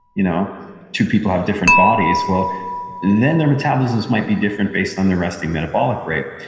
you know two people have different bodies, well then their metabolisms might be different based on their resting metabolic rate.